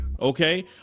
okay